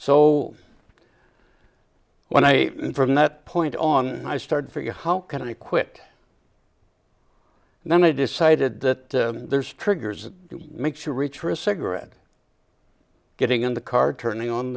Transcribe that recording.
so when i mean from that point on i started figure how can i quit and then they decided that there's triggers that makes you reach for a cigarette getting in the car turning on